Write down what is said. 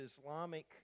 Islamic